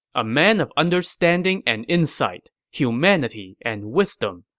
a man of understanding and insight, humanity and wisdom,